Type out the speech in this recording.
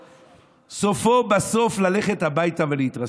וסופו בסוף ללכת הביתה ולהתרסק.